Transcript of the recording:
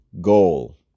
goal